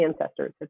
ancestors